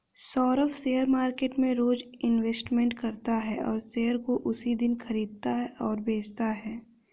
Saurabh share market में रोज investment करता है और शेयर को उसी दिन खरीदता और बेचता है